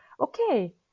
okay